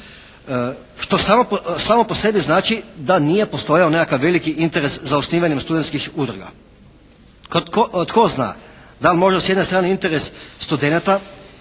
što samo po sebi znači da nije postojao nekakav veliki interes za osnivanjem studentskih udruga. Tko zna, da li možda s jedne strane interes studenata